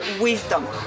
wisdom